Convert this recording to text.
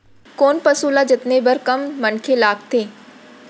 कोन पसु ल जतने बर कम मनखे लागथे?